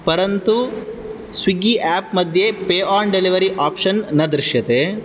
परन्तु Swiggy app मध्ये pay on delivery option न दृश्यते